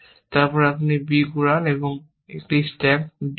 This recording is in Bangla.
তারপর আপনি b কুড়ান এবং এটি স্ট্যাক d হয়